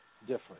different